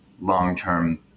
long-term